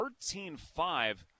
13-5